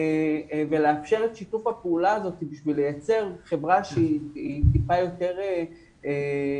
ולאפשר את שיתוף הפעולה הזה כדי לייצר חברה שהיא מעט יותר מקבלת,